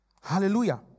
Hallelujah